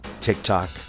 TikTok